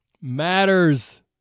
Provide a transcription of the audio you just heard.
matters